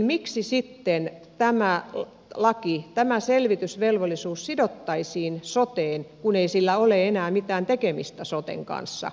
miksi sitten tämä laki tämä selvitysvelvollisuus sidottaisiin soteen kun ei sillä ole enää mitään tekemistä soten kanssa kysyn vain